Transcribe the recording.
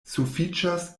sufiĉas